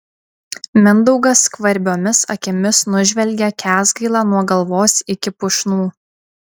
mindaugas skvarbiomis akimis nužvelgia kęsgailą nuo galvos iki pušnų